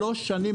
שלוש שנים,